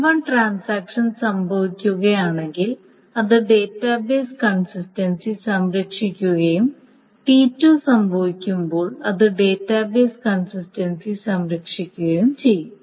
T1 transaction സംഭവിക്കുകയാണെങ്കിൽ അത് database consistency സംരക്ഷിക്കുകയും T2 സംഭവിക്കുമ്പോൾ അത് ഡാറ്റാബേസ് കൺസിസ്റ്റൻസി സംരക്ഷിക്കുകയും ചെയ്യും